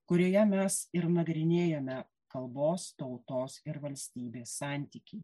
kurioje mes ir nagrinėjame kalbos tautos ir valstybės santykį